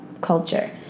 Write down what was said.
culture